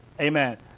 Amen